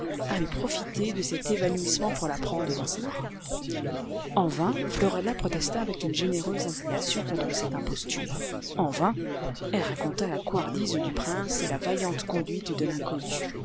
avait profité de cet évanouissement pour la prendre dans ses bras en vain florella protesta avec une généreuse indignation contre cette imposture en vain elle raconta la couardise du prince et la vaillante conduite de l'inconnu